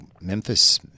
Memphis